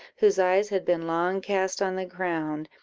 whose eyes had been long cast on the ground,